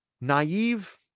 naive